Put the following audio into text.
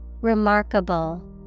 Remarkable